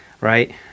right